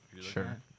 Sure